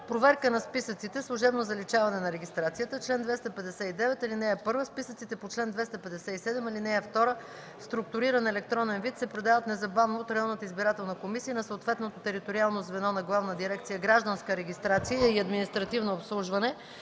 „Проверка на списъците. Служебно заличаване на регистрацията Чл. 259. (1) Списъците по чл. 257, ал. 2 в структуриран електронен вид се предават незабавно от районната избирателна комисия на съответното териториално звено на Главна дирекция „Гражданска регистрация и административно обслужване”